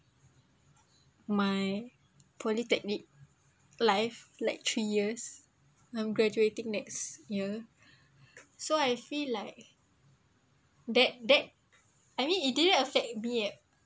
my polytechnic life like three years I'm graduating next year so I feel like that that I mean it didn't affect me at